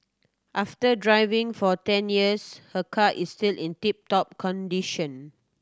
after driving for ten years her car is still in tip top condition